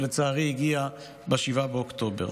שלצערי הגיע ב-7 באוקטובר.